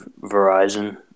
Verizon